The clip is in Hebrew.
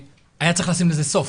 שהיה צריך לשים לזה סוף.